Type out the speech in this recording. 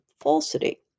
falsity